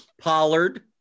Pollard